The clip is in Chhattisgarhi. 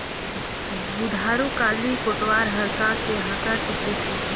बुधारू काली कोटवार हर का के हाँका चिकरिस हे?